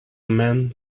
man